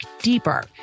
deeper